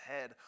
head